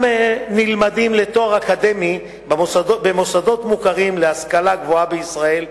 נלמדים לתואר אקדמי במוסדות מוכרים להשכלה גבוהה בישראל,